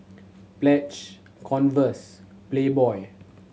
Pledge Converse Playboy